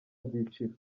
byiciro